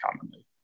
commonly